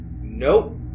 nope